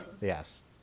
yes